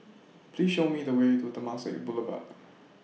Please Show Me The Way to Temasek Boulevard